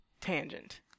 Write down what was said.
tangent